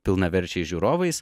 pilnaverčiais žiūrovais